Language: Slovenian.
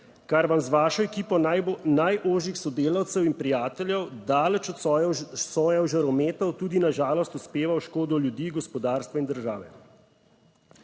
kar vam z vašo ekipo najožjih sodelavcev in prijateljev daleč od sojev žarometov tudi na žalost uspeva v škodo ljudi, gospodarstva in države.